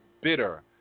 bitter